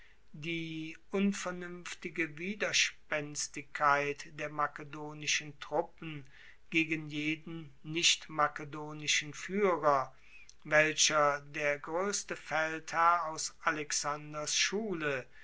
die unvernuenftige widerspenstigkeit der makedonischen truppen gegen jeden nicht makedonischen fuehrer welcher der groesste feldherr aus alexanders schule